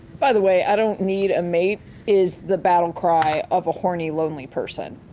by the way, i don't need a mate is the battle cry of a horny, lonely person.